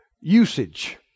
usage